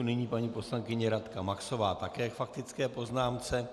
Nyní paní poslankyně Radka Maxová, také k faktické poznámce.